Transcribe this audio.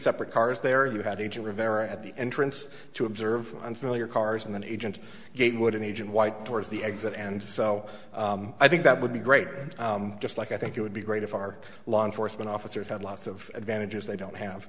separate cars they are you having to rivera at the entrance to observe unfamiliar cars and the agent gatewood an agent white towards the exit and so i think that would be great just like i think it would be great if our law enforcement officers had lots of advantages they don't have